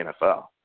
NFL